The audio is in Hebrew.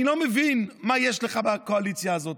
אני לא מבין מה יש לך בקואליציה הזאת.